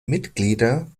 mitglieder